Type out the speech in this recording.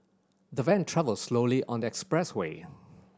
the van travelled slowly on the expressway